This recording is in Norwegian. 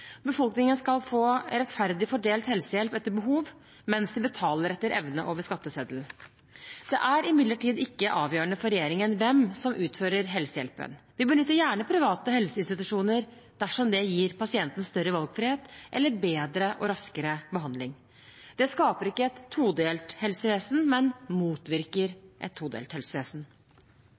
Befolkningen skal få rettferdig fordelt helsehjelp etter behov, mens de betaler etter evne over skatteseddelen. Det er imidlertid ikke avgjørende for regjeringen hvem som utfører helsehjelpen. Vi benytter gjerne private helseinstitusjoner dersom det gir pasienten større valgfrihet eller bedre og raskere behandling. Det skaper ikke et todelt helsevesen, men motvirker et